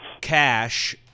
cash